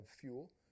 fuel